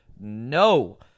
no